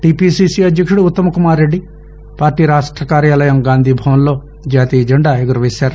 TPCC అధ్యక్షుడు ఉ త్తమ్కుమార్రెడ్డి party రాష్ట్ర కార్యాలయం గాంధీభవన్లో జాతీయ జెండా ఎగురవేశారు